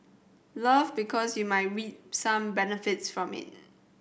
love because you might reap some benefits from it